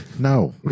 No